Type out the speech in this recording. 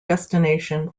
destination